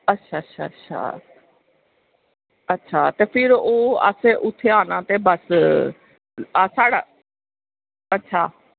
अच्छा अच्छा अच्छा ते फिर असें ओह् उत्थें आना ते बस अच्छा